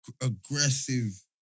Aggressive